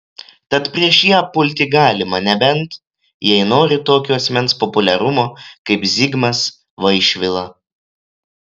tad prieš ją pulti galima nebent jei nori tokio asmens populiarumo kaip zigmas vaišvila